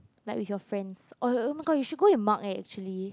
like with your friends oh oh my god you should go with Mark leh actually